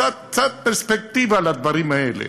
קצת פרספקטיבה לדברים האלה.